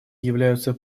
являются